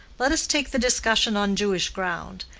let us take the discussion on jewish ground.